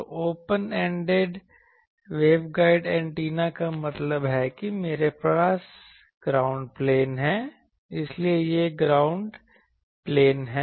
तो open ended waveguide antenna का मतलब है कि मेरे पास ग्राउंड प्लेन है इसलिए यह ग्राउंड प्लेन है